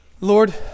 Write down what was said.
Lord